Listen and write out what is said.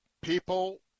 people